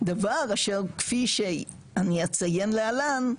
דבר אשר כפי שאני אציין להלן,